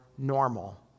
normal